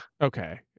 okay